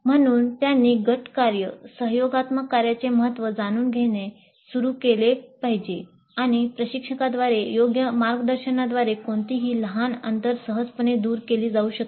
म्हणून त्यांनी गट कार्य सहयोगात्मक कार्याचे महत्त्व जाणून घेणे सुरू केले पाहिजे आणि प्रशिक्षकांद्वारे योग्य मार्गदर्शनाद्वारे कोणतीही लहान अंतर सहजपणे दूर केली जाऊ शकते